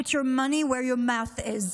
put your money where your mouth is,